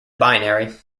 binary